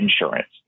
insurance